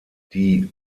die